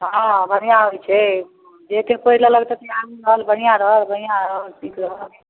हँ बढ़िआँ होइ छै जतेक पढ़ि लेलक ततेक आगू रहल बढ़िआँ रहल बढ़िआँ रहल ठीक रहल